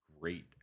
great